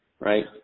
Right